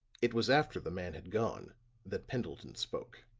it was after the man had gone that pendleton spoke.